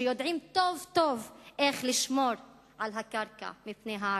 שיודעים טוב-טוב איך לשמור על הקרקע מפני הערבים.